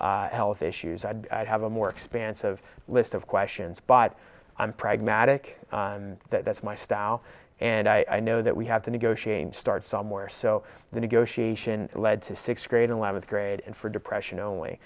health issues i'd have a more expansive list of questions but i'm pragmatic that that's my style and i know that we have to negotiate start somewhere so the negotiation led to sixth grade and eleventh grade and for depression only